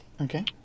Okay